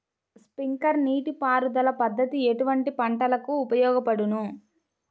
Sprinkler నీటిపారుదల పద్దతి ఎటువంటి పంటలకు ఉపయోగపడును?